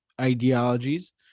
ideologies